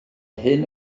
hyn